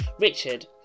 Richard